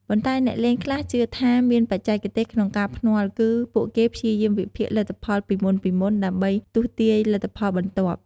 ប៉ុន្តែអ្នកលេងខ្លះជឿថាមានបច្ចេកទេសក្នុងការភ្នាល់គឺពួកគេព្យាយាមវិភាគលទ្ធផលពីមុនៗដើម្បីទស្សន៍ទាយលទ្ធផលបន្ទាប់។